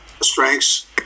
strengths